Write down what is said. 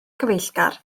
cyfeillgar